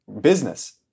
business